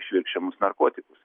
švirkščiamus narkotikus